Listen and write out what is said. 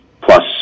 plus